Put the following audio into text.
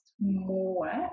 more